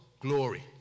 glory